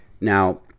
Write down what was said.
now